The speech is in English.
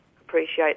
appreciate